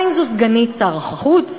האם זו סגנית שר החוץ?